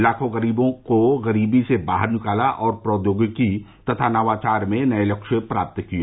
लाखों लोगों को गरीबी से बाहर निकाला और प्रौद्योगिकी तथा नवाचार में नए लक्ष्य प्राप्त किए